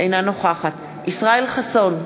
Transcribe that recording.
אינה נוכחת ישראל חסון,